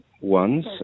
ones